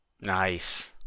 Nice